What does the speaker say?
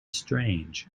strange